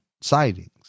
sightings